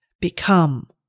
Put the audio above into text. Become